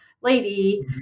lady